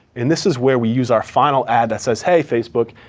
and this is where we use our final ad that says, hey facebook,